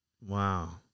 Wow